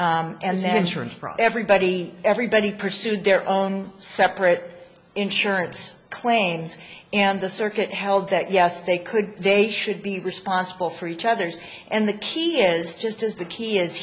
insurance everybody everybody pursued their own separate insurance claims and the circuit held that yes they could they should be responsible for each other's and the key is just is the key is